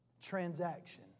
transaction